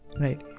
right